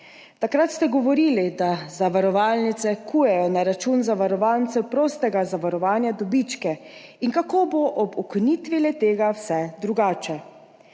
Takrat ste govorili, da zavarovalnice kujejo na račun zavarovancev prostega zavarovanja dobičke in kako bo ob ukinitvi le-tega vse drugače.